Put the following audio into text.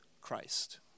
Christ